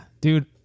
dude